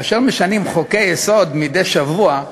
כאשר משנים חוקי-יסוד מדי שבוע,